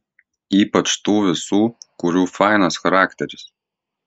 ypač tų visų kurių fainas charakteris